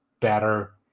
better